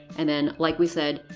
and then like we said,